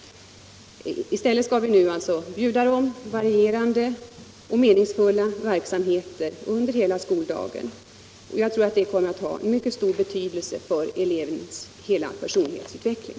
I stället skall skolan erbjuda eleverna varierande och meningsfulla verksamheter under hela skoldagen. Jag tror att detta kommer att ha mycket stor betydelse för elevernas hela personlighetsutveckling.